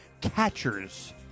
catchers